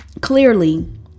clearly